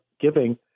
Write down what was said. giving